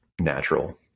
natural